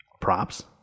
Props